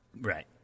Right